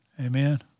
Amen